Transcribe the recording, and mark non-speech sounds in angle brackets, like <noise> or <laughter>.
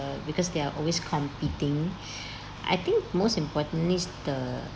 because they are always competing <breath> I think most important is the